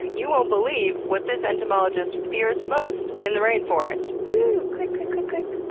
you won't believe what this entomologist fears most in the rainforest! ooooh! click, click, click.